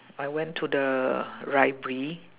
I went to the library